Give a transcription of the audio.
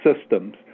Systems